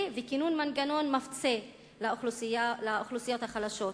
וכינון מנגנון מפצה לאוכלוסיות החלשות.